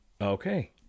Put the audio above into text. okay